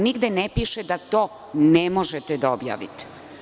Nigde ne piše da to ne možete da objavite.